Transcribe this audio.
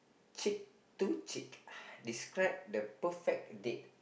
cheek to cheek uh describe the perfect date